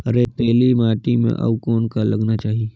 रेतीली माटी म अउ कौन का लगाना चाही?